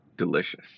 delicious